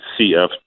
CF